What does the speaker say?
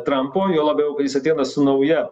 trampo juo labiau kai jis ateina su nauja